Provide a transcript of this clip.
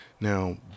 now